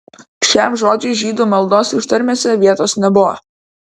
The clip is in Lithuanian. šiam žodžiui žydų maldos ištarmėse vietos nebuvo